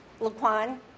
Laquan